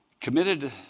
committed